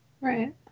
Right